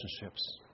relationships